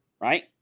Right